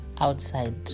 outside